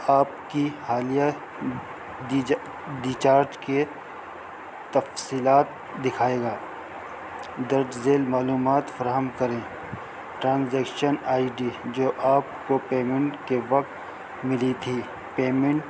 آپ کی حالیہ ڈیچارج کے تفصیلات دکھائے گا در زیل معلومات فراہم کریں ٹرانزیکشن آئی ڈی جو آپ کو پیمنٹ کے وقت ملی تھی پیمنٹ